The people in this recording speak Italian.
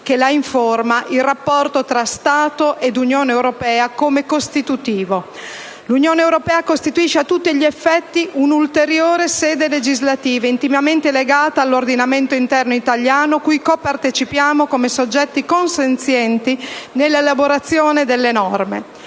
che la informa il rapporto tra Stato ed Unione europea come costitutivo. L'Unione europea costituisce a tutti gli effetti un'ulteriore sede legislativa, intimamente legata all'ordinamento interno italiano, cui copartecipiamo come soggetti consenzienti nell'elaborazione delle norme.